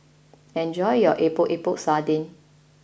enjoy your Epok Epok Sardin